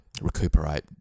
recuperate